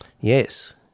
Yes